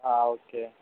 હા ઓકે